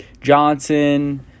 Johnson